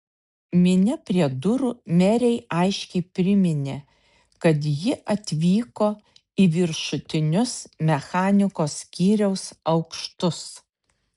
minia prie durų merei aiškiai priminė kad ji atvyko į viršutinius mechanikos skyriaus aukštus